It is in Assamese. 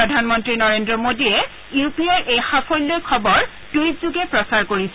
প্ৰধানমন্ত্ৰী নৰেন্দ্ৰ মোদীয়ে ইউ পি আইৰ এই সাফল্যৰ খবৰ টুইটযোগে প্ৰচাৰ কৰিছে